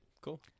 cool